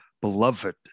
beloved